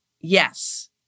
Yes